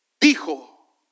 dijo